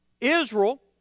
Israel